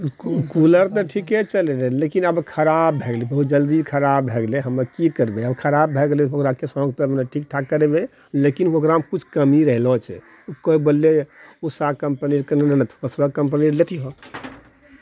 कू cooler तऽ ठीके चलै रहए लेकिन आब खराब भए गेलै बहुत जल्दी खराब भए गेलै हम की करबै आब खराब भए गेलै ओकराके सभ तऽ ठीक ठाक करेबै लेकिन ओकरामे किछु कमी रहलो छै केओ बोललए उषा कम्पनी उषा कम्पनी लेतीहे